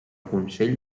consell